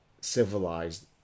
civilized